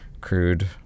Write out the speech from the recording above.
crude